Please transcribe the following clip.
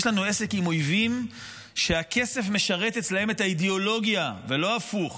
יש לנו עסק עם אויבים שהכסף משרת אצלם את האידיאולוגיה ולא הפוך,